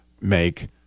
make